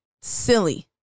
silly